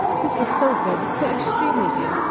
this was so good, so extremely good,